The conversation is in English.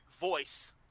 voice